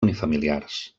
unifamiliars